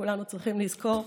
כולנו צריכים לזכור.